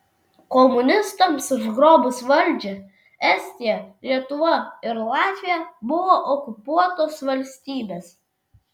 komunistams užgrobus valdžią estija lietuva ir latvija buvo okupuotos valstybės